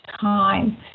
time